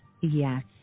yes